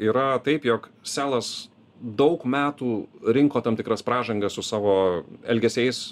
yra taip jog selas daug metų rinko tam tikras pražangas su savo elgesiais